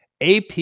AP